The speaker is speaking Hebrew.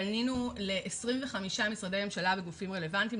פנינו ל-25 משרדי ממשלה וגופים רלוונטיים,